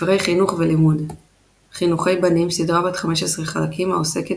ספרי חינוך ולימוד חינוכי בנים – סדרה בת 15 חלקים העוסקת